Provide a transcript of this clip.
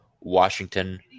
Washington